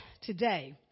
today